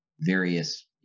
various